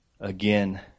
again